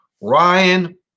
Ryan